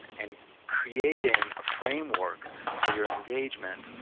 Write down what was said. and creating a framework for your engagement,